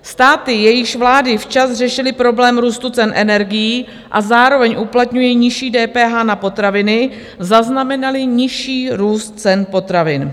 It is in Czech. Státy, jejichž vlády včas řešily problém růstu cen energií a zároveň uplatnily nižší DPH na potraviny, zaznamenaly nižší růst cen potravin.